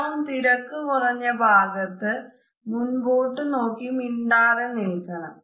ഏറ്റവും തിരക്ക് കുറഞ്ഞ ഭാഗത്തു മുൻപോട്ട് നോക്കി മിണ്ടാതെ നിൽക്കണം